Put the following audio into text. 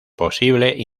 posible